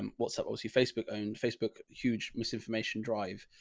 um what so but was your facebook owned facebook? huge misinformation drive.